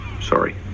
Sorry